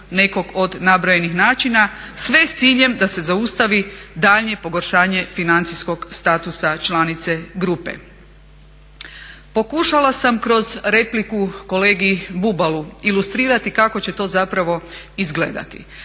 nekog od nabrojenih načina sve s ciljem da se zaustavi daljnje pogoršanje financijskog statusa članice grupe. Pokušala sam kroz repliku kolegi Bubalu ilustrirati kako će to zapravo izgledati.